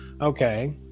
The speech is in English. Okay